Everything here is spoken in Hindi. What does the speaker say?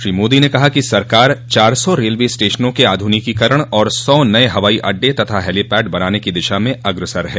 श्री मोदी ने कहा कि सरकार चार सौ रेलवे स्टेशनों के आध्रनिकीकरण और सौ नये हवाई अड्डे तथा हेलीपैड बनाने की दिशा में अग्रसर है